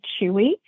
Chewy